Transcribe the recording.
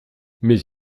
mais